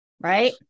right